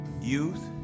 youth